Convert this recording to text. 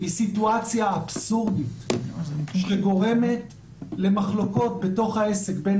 היא סיטואציה אבסורדית שגורמת למחלוקות בתוך העסק בין